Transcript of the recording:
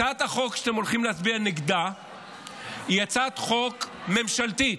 הצעת החוק שאתם הולכים להצביע נגדה היא הצעת חוק ממשלתית,